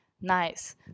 Nice